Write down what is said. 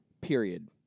period